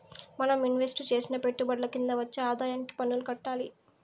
మనం ఇన్వెస్టు చేసిన పెట్టుబడుల కింద వచ్చే ఆదాయానికి పన్నులు కట్టాలి